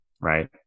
Right